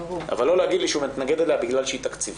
אבל לא להגיד לי שהוא מתנגד אליה בגלל שהיא תקציבית.